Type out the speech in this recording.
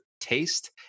taste